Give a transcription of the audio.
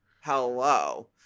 Hello